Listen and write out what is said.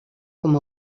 com